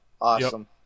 awesome